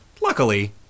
luckily